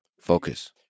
focus